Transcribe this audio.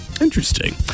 interesting